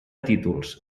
títols